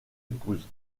épouses